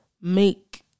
make